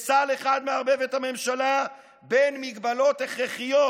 בסל אחד מערבבת הממשלה בין מגבלות הכרחיות,